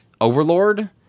Overlord